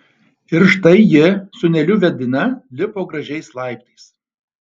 ir štai ji sūneliu vedina lipo gražiais laiptais